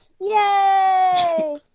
Yay